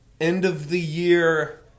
end-of-the-year